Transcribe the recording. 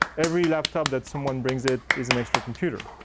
every laptop that someone brings it is an extra computer.